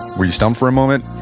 were you stumped for a moment?